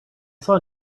saw